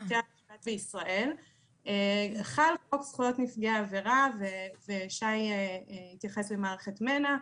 חל חוק זכויות נפגעי עבירה ושי התייחס למערכת מנ"ע,